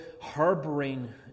harboring